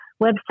website